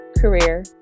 career